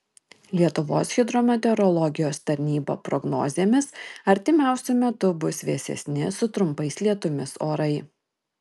lietuvos hidrometeorologijos tarnyba prognozėmis artimiausiu metu bus vėsesni su trumpais lietumis orai